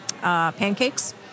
pancakes